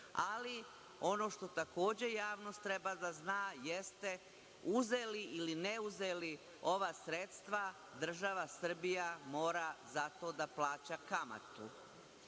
Ali, ono što takođe javnost treba da zna jeste da, uzeli ili ne uzeli ova sredstva, država Srbija mora za to da plaća kamatu.